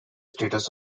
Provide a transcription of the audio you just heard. status